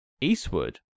Eastwood